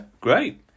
great